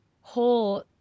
whole